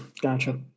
gotcha